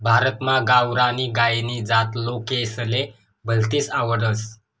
भारतमा गावरानी गायनी जात लोकेसले भलतीस आवडस